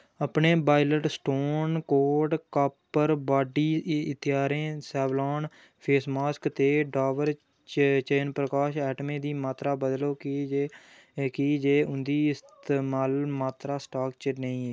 अपने Wild Stone code copper body इतिआरें Savlon face mask ते डाबर चवनप्रकाश ऐटमें दी मात्तरा बदलो की जे की जे उं'दी इस्तेमाल मात्तरा स्टाक च नेईं ऐ